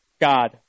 God